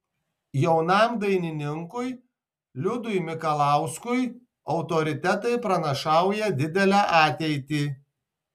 jaunam dainininkui liudui mikalauskui autoritetai pranašauja didelę ateitį